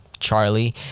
charlie